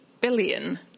billion